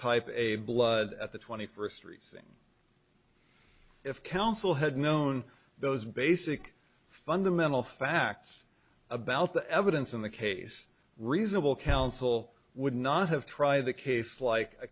type a blood at the twenty first street seeing if counsel had known those basic fundamental facts about the evidence in the case reasonable counsel would not have try the case like a